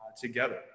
together